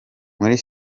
muri